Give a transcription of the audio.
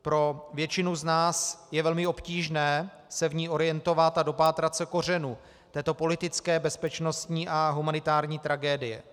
Pro většinu z nás je velmi obtížné se v ní orientovat a dopátrat se kořenů této politické, bezpečnostní a humanitární tragédie.